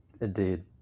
indeed